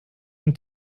und